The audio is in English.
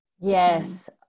Yes